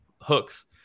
hooks